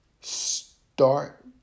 Start